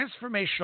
transformational